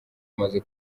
umaze